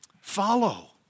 Follow